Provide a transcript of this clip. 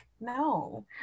no